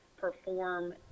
perform